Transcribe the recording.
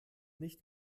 nicht